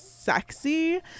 sexy